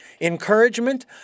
encouragement